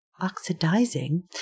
oxidizing